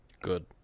Good